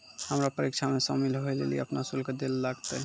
हमरा परीक्षा मे शामिल होय लेली अपनो शुल्क दैल लागतै